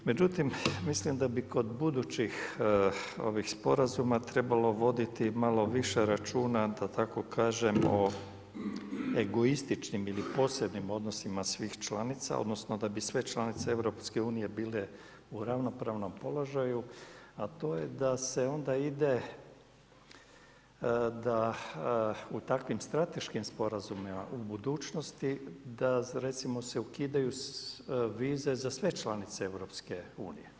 Međutim, mislim da bi kod budućih sporazuma trebalo voditi malo više računa da tako kažem o egoističnim ili posebnim odnosima svih članica, odnosno da bi sve članice EU bile u ravnopravnom položaju, a to je da se onda ide da u takvim strateškim sporazumima u budućnosti da recimo se ukidaju vize za sve članice EU.